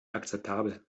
akzeptabel